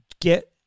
get